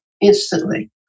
instantly